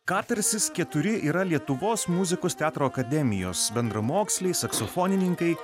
katarsis keturi yra lietuvos muzikos teatro akademijos bendramoksliai saksofonininkai